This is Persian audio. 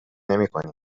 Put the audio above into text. نمیکنی